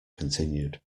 continued